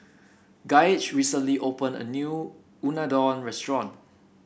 Gaige recently opened a new Unadon Restaurant